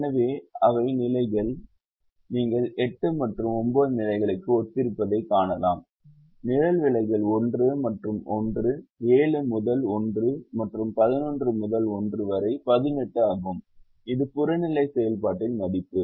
எனவே அவை நிலைகள் நீங்கள் 8 மற்றும் 9 நிலைகளுக்கு ஒத்திருப்பதைக் காணலாம் நிழல் விலைகள் 1 மற்றும் 1 7 முதல் 1 மற்றும் 11 முதல் 1 வரை 18 ஆகும் இது புறநிலை செயல்பாட்டின் மதிப்பு